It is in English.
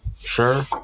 sure